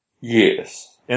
Yes